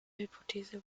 hypothese